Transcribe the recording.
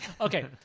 Okay